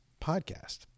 podcast